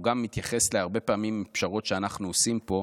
גם מתייחס הרבה פעמים לפשרות שאנחנו עושים פה.